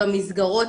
במסגרות,